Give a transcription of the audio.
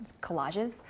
collages